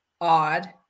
odd